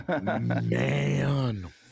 Man